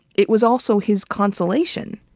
it was also his consolation.